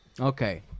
Okay